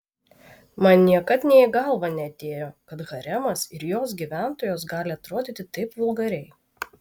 man niekad nė į galvą neatėjo kad haremas ir jos gyventojos gali atrodyti taip vulgariai